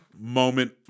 moment